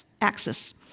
axis